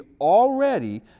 already